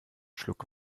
schluck